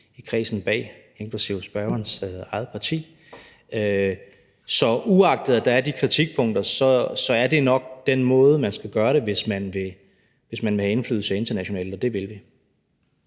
i kredsen bag, inklusive fra spørgerens eget parti. Så uagtet at der er de kritikpunkter, er det nok den måde, man skal gøre det på, hvis man vil have indflydelse internationalt, og det vil vi.